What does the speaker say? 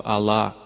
Allah